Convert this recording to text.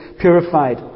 purified